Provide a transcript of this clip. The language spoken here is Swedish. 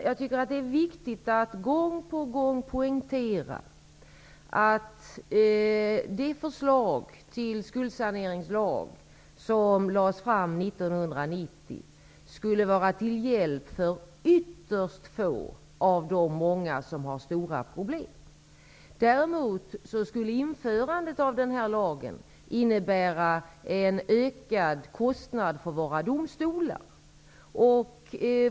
Jag tycker att det är viktigt att gång på gång poängtera att det förslag till skuldsaneringslag som lades fram 1990 skulle vara till hjälp för ytterst få av alla dem som har stora problem. Däremot skulle införandet av en sådan lag innebära en ökad kostnad för våra domstolar.